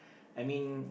I mean